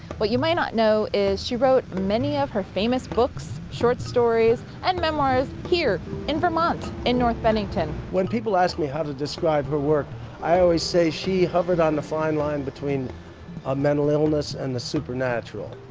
what you might not know is she wrote many of her famous books, short stories and memoirs here in vermont, in north bennington. when people ask me how to describe her work i always say she hovered on the fine line between ah mental illness and the supernatural.